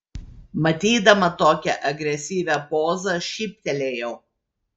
matydama tokią agresyvią pozą šyptelėjau